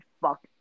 fuck